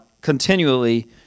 continually